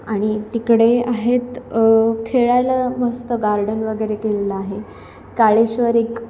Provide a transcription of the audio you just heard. आणि तिकडे आहेत खेळायला मस्त गार्डन वगैरे केलेलं आहे काळेश्वर एक